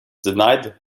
denied